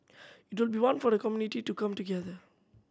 it will be one for the community to come together